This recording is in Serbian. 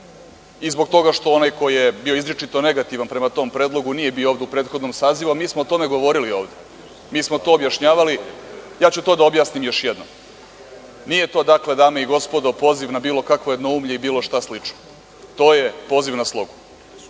i zbog toga što onaj ko je bio izričito negativan prema tom predlogu nije bio ovde u prethodnom sazivu, a mi smo o tome govorili ovde. Mi smo to objašnjavali, ja ću to da objasnim još jednom. Nije to dame i gospodo poziv na bilo kakvo jednoumlje i bilo šta slično, to je poziv na